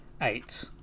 Eight